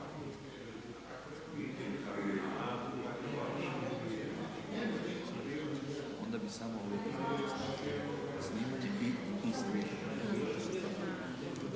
Hvala /...